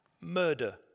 murder